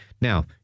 Now